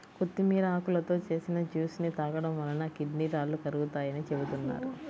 కొత్తిమీర ఆకులతో చేసిన జ్యూస్ ని తాగడం వలన కిడ్నీ రాళ్లు కరుగుతాయని చెబుతున్నారు